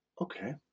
Okay